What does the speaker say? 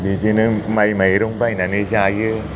बेजोंनो माइ माइरं बायनानै जायो